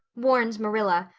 warned marilla,